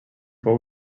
fou